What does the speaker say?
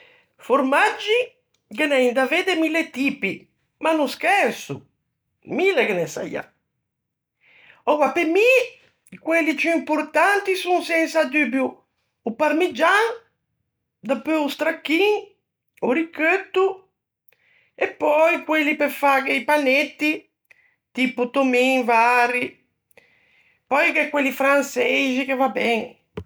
Formaggi ghe n'é in davei de mille tipi, ma no scherso, mille ghe ne saià. Oua, pe mi quelli ciù importanti son sensa dubio o parmigian, dapeu o stracchin, o richeutto, e pöi quelli pe fâghe o panetti, tipo tommin vari. Pöi gh'é quelli franseixi, che va ben.